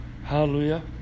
Hallelujah